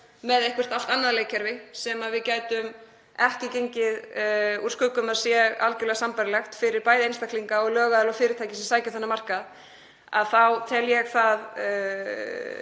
með eitthvert allt annað leikkerfi sem við gætum ekki gengið úr skugga um að væri algjörlega sambærilegt fyrir bæði einstaklinga, lögaðila og fyrirtæki sem sækja þennan markað, þá tel ég það